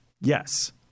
Yes